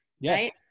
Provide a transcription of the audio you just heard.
Yes